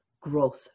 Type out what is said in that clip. growth